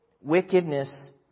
Wickedness